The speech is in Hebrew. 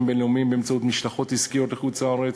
בין-לאומיים באמצעות משלחות עסקיות לחוץ-לארץ,